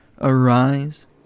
Arise